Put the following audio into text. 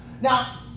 Now